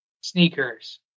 sneakers